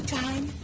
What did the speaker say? time